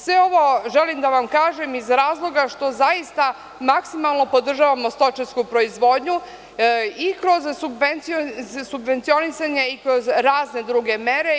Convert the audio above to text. Sve ovo želim da vam kažem iz razloga što zaista maksimalno podržavamo stočarsku proizvodnju i kroz subvencionisanje i kroz razne druge mere.